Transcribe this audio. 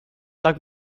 tak